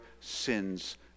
sins